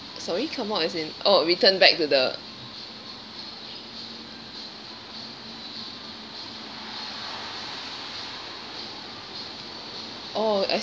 sorry come out as in oh return back to the oh I